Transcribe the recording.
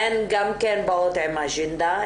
הן גם כן באות עם אג'נדה,